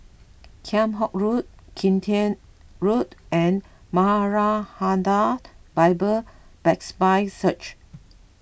Kheam Hock Road Kian Teck Road and Maranatha Bible Presby Church